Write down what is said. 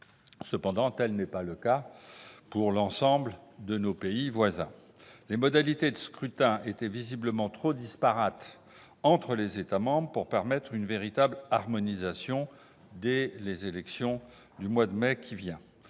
Cependant, tel n'est pas le cas pour l'ensemble de nos voisins européens ! Les modalités de scrutin étaient visiblement trop disparates entre les États membres pour permettre une véritable harmonisation dès les élections du mois de mai prochain.